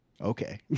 okay